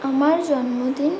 আমার জন্মদিন